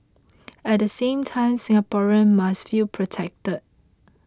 at the same time Singaporeans must feel protected